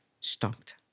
stopped